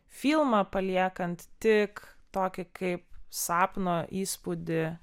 filmą paliekant tik tokį kaip sapno įspūdį